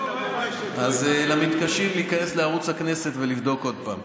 אז למתקשים, להיכנס לערוץ הכנסת ולבדוק עוד פעם.